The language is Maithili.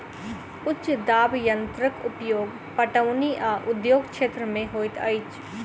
उच्च दाब यंत्रक उपयोग पटौनी आ उद्योग क्षेत्र में होइत अछि